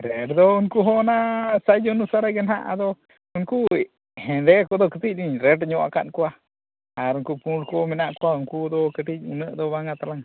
rate ᱫᱚ ᱩᱱᱠᱩ ᱦᱚᱸ ᱚᱱᱟ ᱥᱟᱭᱤᱡᱽ ᱚᱱᱩᱥᱟᱨ ᱨᱮᱜᱮ ᱦᱟᱜ ᱟᱫᱚ ᱩᱱᱠᱩ ᱦᱮᱸᱫᱮ ᱠᱚᱫᱚ ᱠᱟᱹᱴᱤᱡ ᱞᱤᱧ ᱨᱮᱹᱴ ᱧᱚᱜ ᱟᱠᱟᱫ ᱠᱚᱣᱟ ᱟᱨ ᱩᱱᱠᱩ ᱯᱩᱸᱰ ᱠᱚ ᱢᱮᱱᱟᱜ ᱠᱚᱣᱟ ᱩᱱᱠᱩ ᱫᱚ ᱠᱟᱹᱴᱤᱡ ᱩᱱᱟᱹᱜ ᱫᱚ ᱵᱟᱝᱼᱟ ᱛᱟᱞᱟᱝ